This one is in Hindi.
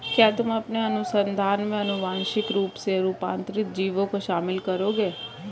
क्या तुम अपने अनुसंधान में आनुवांशिक रूप से रूपांतरित जीवों को शामिल करोगे?